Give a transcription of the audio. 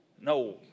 No